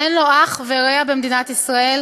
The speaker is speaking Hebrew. אין לו אח ורע במדינת ישראל,